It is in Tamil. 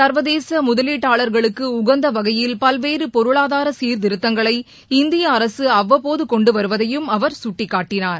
சர்வதேச முதவீட்டாளர்களுக்கு உகந்த வகையில் பல்வேறு பொருளாதார சீர்திருத்தங்களை இந்திய அரசு அவ்வப்போது கொண்டுவருவதையும் அவர் சுட்டிக்காட்டினார்